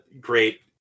great